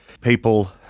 people